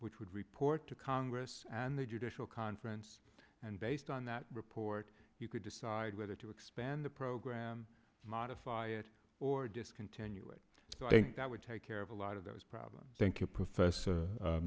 which would report to congress and the judicial conference and based on that report you could decide whether to expand the program modify it or discontinue it so i think that would take care of a lot of those problems thank you professor